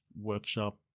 workshop